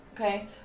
okay